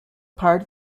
part